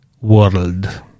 world